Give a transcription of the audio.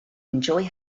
enjoy